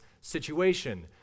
situation—